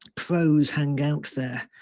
crows hangouts there.